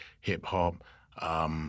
hip-hop